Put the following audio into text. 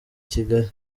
kigali